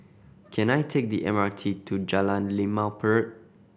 can I take the M R T to Jalan Limau Purut